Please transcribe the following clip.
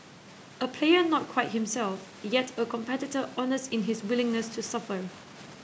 a player not quite himself yet a competitor honest in his willingness to suffer